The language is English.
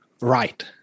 right